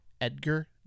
Edgar